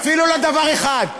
אפילו לא דבר אחד.